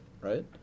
right